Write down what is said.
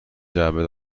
جعبه